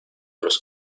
los